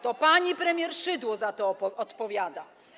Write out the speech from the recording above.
To pani premier Szydło za to odpowiada.